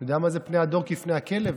אתה יודע מה זה פני הדור כפני הכלב?